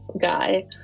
guy